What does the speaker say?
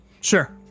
Sure